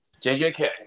JJK